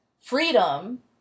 freedom